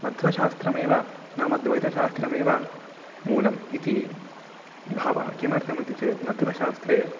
मध्वशास्त्रमेव नाम द्वैतशास्त्रमेव मूलम् इति भावः किमर्थं इति चेत् मध्वशास्त्रे